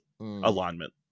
alignment